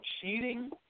cheating